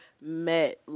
met